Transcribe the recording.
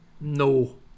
No